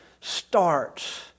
starts